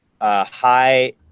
high